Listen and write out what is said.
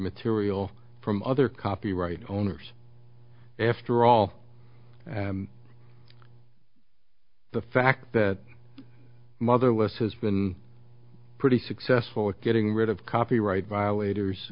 material from other copyright owners after all the fact that motherless has been pretty successful in getting rid of copyright violators